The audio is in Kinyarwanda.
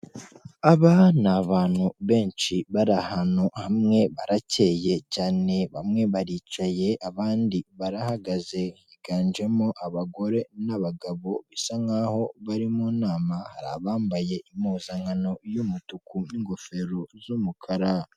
Aba ni abantu benshi bari ahantu hamwe baracyeye cyane, bamwe baricaye abandi barahagaze, higanjemo abagore n'abagabo bisa nkaho bari mu nama, hari abambaye impuzankano y'umutuku n'ingofero z'umukara.